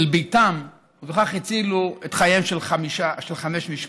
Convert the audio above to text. בתם, וכך הצילו את חייהן של חמש משפחות.